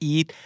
Eat